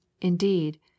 indeed